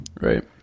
right